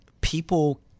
people